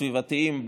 הסביבתיים,